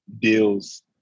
deals